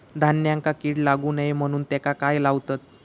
धान्यांका कीड लागू नये म्हणून त्याका काय लावतत?